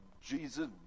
Jesus